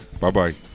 bye-bye